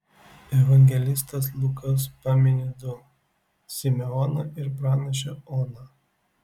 evangelistas lukas pamini du simeoną ir pranašę oną